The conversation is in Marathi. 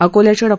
अकोल्याच्या डॉ